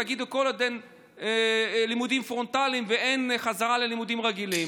תגידו שכל עוד אין לימודים פרונטליים ואין חזרה ללימודים רגילים